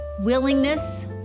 willingness